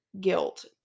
guilt